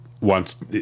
wants